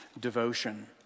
Devotion